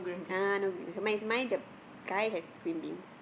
ah no green beans mine is mine is the guy has green beans